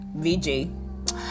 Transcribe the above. VJ